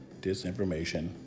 disinformation